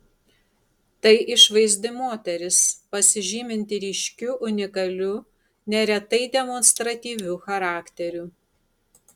tai išvaizdi moteris pasižyminti ryškiu unikaliu neretai demonstratyviu charakteriu